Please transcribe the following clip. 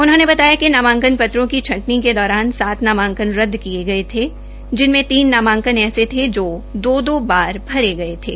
उन्होंने बताया कि नामांकन पत्रों की छंटनी के दौरान सात नामांकन रदद किये गये थे जिनमें तीन नामांकन ऐसे थे जो दो दो बार भरे गए थे